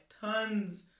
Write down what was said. Tons